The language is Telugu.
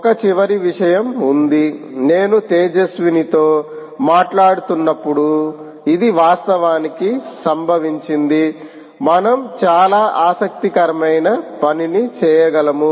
ఒక చివరి విషయం ఉంది నేను తేజస్వినితో మాట్లాడుతున్నప్పుడు ఇది వాస్తవానికి సంభవించింది మనం చాలా ఆసక్తికరమైన పనిని చేయగలము